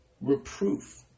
reproof